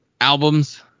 albums